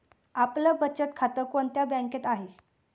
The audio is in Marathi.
आपलं बचत खातं कोणत्या बँकेत आहे?